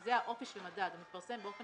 וזה האופי של מדד הוא מתפרסם באופן